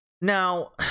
Now